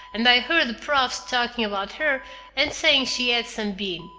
and i heard the profs talking about her and saying she had some bean.